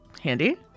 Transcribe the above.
handy